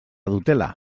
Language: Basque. dutela